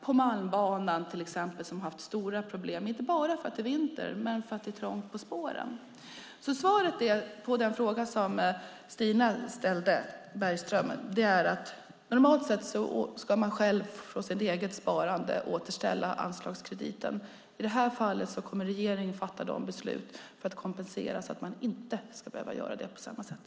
Det gäller till exempel Malmbanan som har haft stora problem, inte bara på grund av vintern utan också för att det är trångt på spåren. Svaret på den fråga Stina Bergström ställde är alltså att man normalt sett ska återställa anslagskrediten från sitt eget sparande. I detta fall kommer regeringen att fatta beslut för att kompensera så att man inte ska behöva göra det på samma sätt.